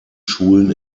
schulen